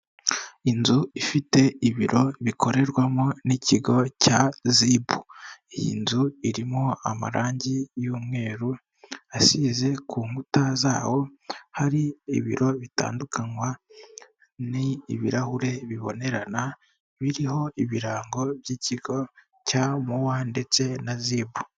Inzu ifite ibiro bikorerwamo n'ikigo cya zibu, iyi nzu irimo amarangi y'umweru asize ku nkuta zaho, hari ibiro bitandukanywa ni ibirahure bibonerana biriho ibirango by'ikigo cya mowa ndetse na zipu.